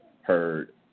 heard